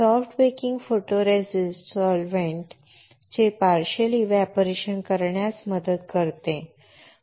मऊ baking photoresist solvents चे partial evaporation करण्यास मदत करते